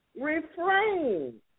refrain